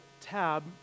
Tab